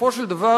בסופו של דבר,